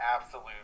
absolute